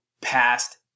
past